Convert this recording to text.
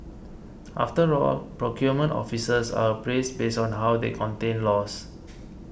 after all procurement officers are appraised based on how they contain loss